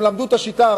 הם למדו את השיטה.